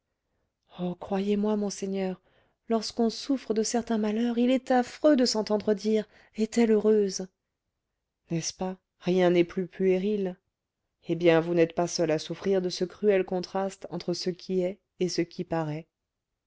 croyez-moi monseigneur lorsqu'on souffre de certains malheurs il est affreux de s'entendre dire est-elle heureuse n'est-ce pas rien n'est plus puéril eh bien vous n'êtes pas seule à souffrir de ce cruel contraste entre ce qui est et ce qui paraît